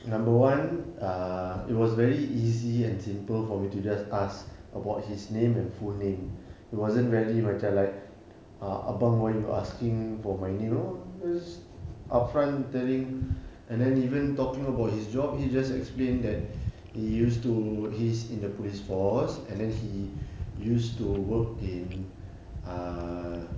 number one err it was very easy and simple for me to just ask about his name and full name it wasn't very macam like uh abang why you asking for my name no ah just~ upfront telling and then even talking about his job he just explain that he used to he is in the police force and then he used to work in err